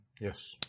Yes